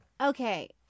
Okay